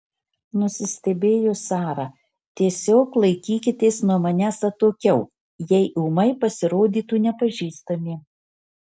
nusistebėjo sara tiesiog laikykitės nuo manęs atokiau jei ūmai pasirodytų nepažįstami